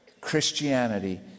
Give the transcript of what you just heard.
Christianity